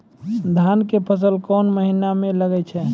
धान के फसल कोन महिना म लागे छै?